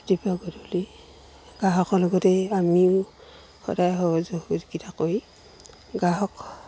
ৰাতিপুৱা গধূলি গ্ৰাহকৰ লগতেই আমিও সদায় সহায় সযোগিতা কৰি গ্ৰাহক